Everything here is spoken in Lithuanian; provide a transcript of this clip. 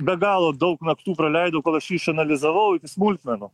be galo daug naktų praleidau kol aš jį išanalizavau iki smulkmenų